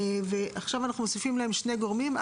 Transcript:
ועכשיו אנחנו מוסיפים להם שני גורמים: